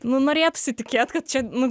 nu norėtųsi tikėt kad čia nu